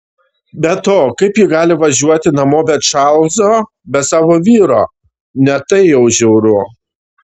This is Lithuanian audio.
be to kaip ji gali važiuoti namo be čarlzo be savo vyro ne tai jau žiauru